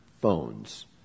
phones